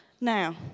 Now